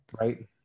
right